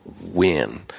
win